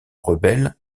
rebelles